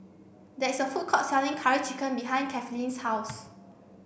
there is a food court selling curry chicken behind Cathleen's house